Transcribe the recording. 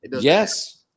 yes